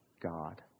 God